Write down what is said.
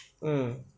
mm